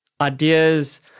ideas